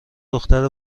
دختر